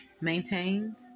maintains